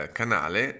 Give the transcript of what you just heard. canale